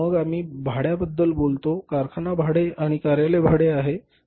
मग आम्ही भाड्याबद्दल बोलतो कारखाना भाडे आणि कार्यालय भाडे आहे